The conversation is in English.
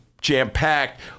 jam-packed